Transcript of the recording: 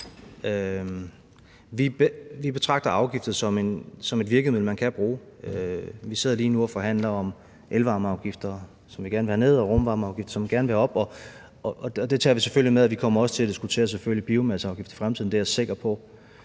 Vi betragter afgifter som et virkemiddel, man kan bruge. Vi sidder lige nu og forhandler om elvarmeafgifter, som vi gerne vil have ned, og om rumvarmeafgifter, som vi gerne vil have op, og det tager vi selvfølgelig med, og vi kommer selvfølgelig også til at diskutere en biomasseafgift i fremtiden. Det er jeg sikker på.